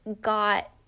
got